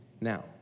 now